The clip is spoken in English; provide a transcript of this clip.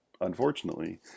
unfortunately